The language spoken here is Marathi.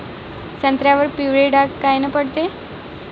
संत्र्यावर पिवळे डाग कायनं पडते?